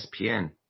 ESPN